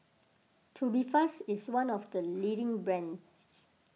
Tubifast is one of the leading brands